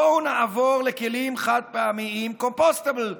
בואו נעבור לכלים חד-פעמיים Compostable.